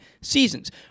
seasons